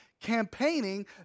campaigning